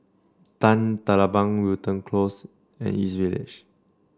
Tan Telang Bang Wilton Close and East Village